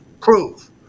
prove